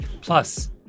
Plus